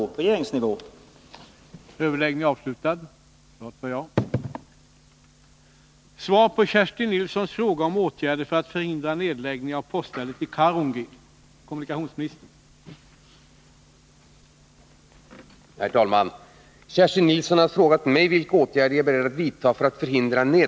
tors betydelse som serviceinrättning